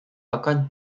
againn